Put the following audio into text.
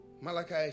Malachi